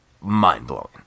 mind-blowing